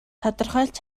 тодорхойлж